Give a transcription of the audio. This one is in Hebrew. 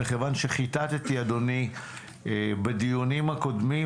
מכיוון שחיטטתי בדיונים הקודמים,